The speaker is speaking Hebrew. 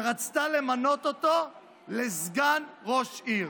שרצתה למנות אותו לסגן ראש עיר.